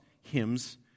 hymns